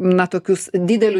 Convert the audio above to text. na tokius dideliu